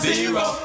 Zero